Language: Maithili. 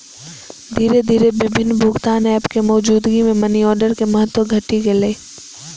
धीरे धीरे विभिन्न भुगतान एप के मौजूदगी मे मनीऑर्डर के महत्व घटि गेलै